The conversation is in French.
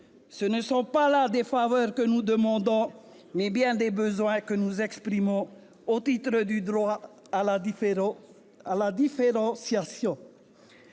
là non pas des faveurs que nous demandons, mais bien des besoins que nous exprimons au titre du droit à la différenciation.